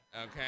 okay